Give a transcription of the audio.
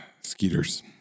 Skeeters